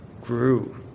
grew